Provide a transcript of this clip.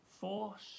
force